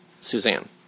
Suzanne